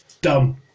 Dumb